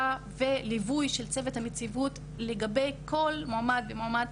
וליווי של צוות הנציבות לגבי כל מועמד ומועמד,